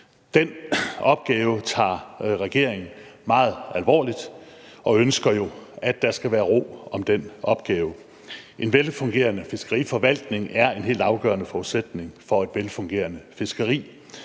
Den opgave tager regeringen meget alvorligt og ønsker jo, at der skal være ro om den opgave. En velfungerende fiskeriforvaltning er en helt afgørende forudsætning for et velfungerende fiskeri.